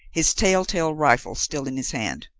his tell-tale rifle still in his hand.